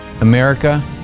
America